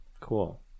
Cool